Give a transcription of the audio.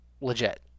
legit